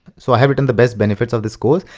so i have written the best benefits of this course,